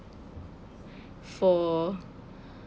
for